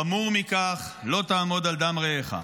חמור מכך, לא תעמד על דם רעך.